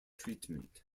treatment